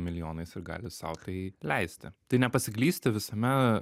milijonais ir gali sau tai leisti tai nepasiklysti visame